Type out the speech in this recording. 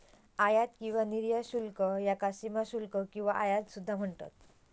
आयात किंवा निर्यात शुल्क याका सीमाशुल्क किंवा आयात सुद्धा म्हणतत